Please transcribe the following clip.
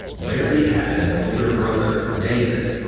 barrie had an older brother, david,